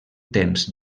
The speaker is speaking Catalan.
temps